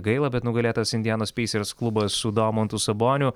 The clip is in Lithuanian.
gaila bet nugalėtas indianos peisers klubas su domantu saboniu